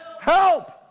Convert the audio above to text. Help